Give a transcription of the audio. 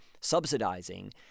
subsidizing